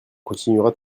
continuera